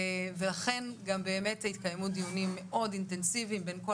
ולכן התקיימו דיונים מאוד אינטנסיביים בין כל